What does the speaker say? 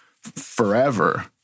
forever